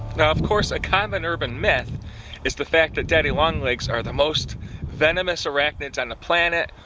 now of course a common urban myth is the fact that daddy long legs are the most venomous arachnids on the planet,